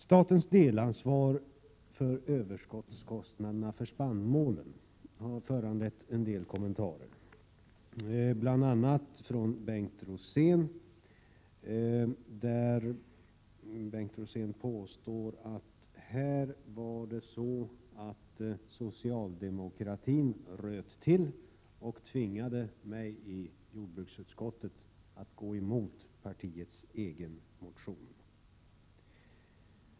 Statens delansvar för överskottskostnaderna för spannmålen har föranlett en del kommentarer, bl.a. från Bengt Rosén som påstår att socialdemokratin röt till och tvingade mig i jordbruksutskottet att gå emot partiets egen motion.